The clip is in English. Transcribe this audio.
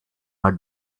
her